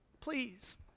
Please